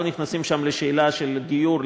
לא נכנסים שם לשאלה של גיור,